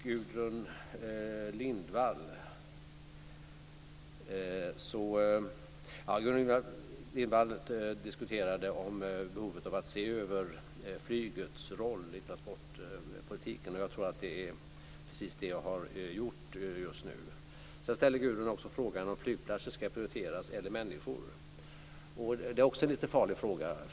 Gudrun Lindvall diskuterade behovet av att se över flygets roll i transportpolitiken, och jag tror att det är precis det jag har gjort just nu. Gudrun ställde också frågan om flygplatser eller människor ska prioriteras. Det är också en lite farlig fråga.